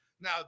Now